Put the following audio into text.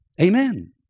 Amen